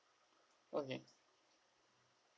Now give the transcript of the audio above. okay